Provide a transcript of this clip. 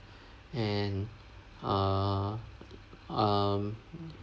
and uh um